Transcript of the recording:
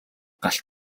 галт